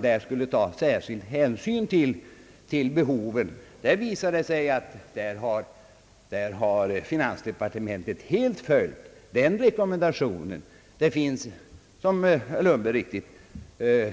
Det har visat sig att finansdepartementet därvidlag helt följt rekommendationen. Det finns, som herr Lundberg riktigt